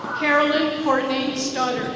carolyn courtney studder.